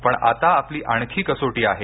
पण आता आपली आणखी कसोटी आहे